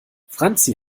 franzi